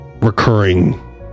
recurring